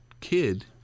kid